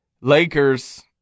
Lakers